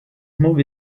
movie